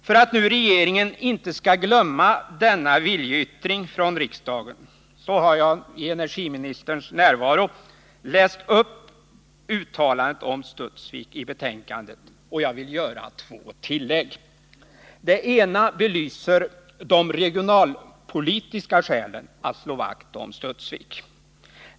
För att regeringen inte skall glömma denna viljeyttring från riksdagen har jagienergiministerns närvaro läst upp uttalandet om Studsvik i betänkandet, och jag vill göra två tillägg. Det ena belyser de regionalpolitiska skälen att slå vakt om Studsvik.